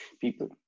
People